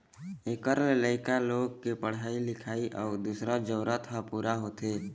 एखर ले लइका लोग के पढ़ाई लिखाई अउ दूसर जरूरत ह पूरा होथे